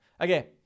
okay